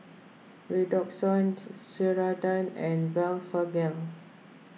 Redoxon Ceradan and Blephagel